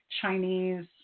Chinese